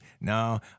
no